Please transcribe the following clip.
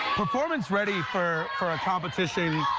performance ready for for a competition,